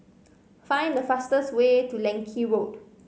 find the fastest way to Leng Kee Road